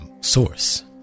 source